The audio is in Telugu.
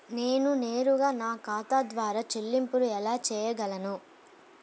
నేను నేరుగా నా ఖాతా ద్వారా చెల్లింపులు ఎలా చేయగలను?